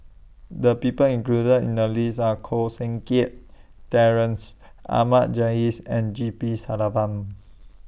The People included in The list Are Koh Seng Kiat Terence Ahmad Jais and G P